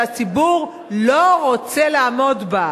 שהציבור לא רוצה לעמוד בה.